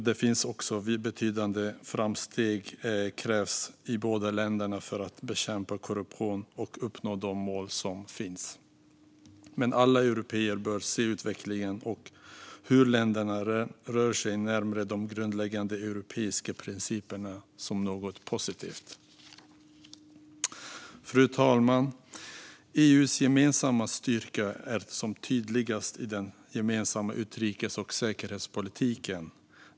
Det krävs betydande framsteg i båda länderna när det gäller att bekämpa korruption och uppnå de mål som finns. Men alla européer bör se utvecklingen och hur länderna rör sig närmare de grundläggande europeiska principerna som något positivt. Fru talman! EU:s gemensamma styrka är som tydligast i den gemensamma utrikes och säkerhetspolitiken.